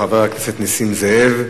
חבר הכנסת נסים זאב,